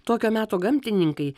tokio meto gamtininkai